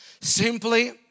Simply